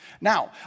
Now